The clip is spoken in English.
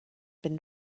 been